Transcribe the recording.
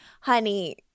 honey